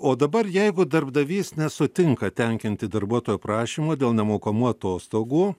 o dabar jeigu darbdavys nesutinka tenkinti darbuotojo prašymo dėl nemokamų atostogų